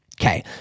Okay